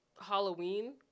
Halloween –